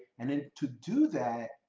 and then to do that,